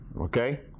okay